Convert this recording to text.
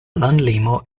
landlimo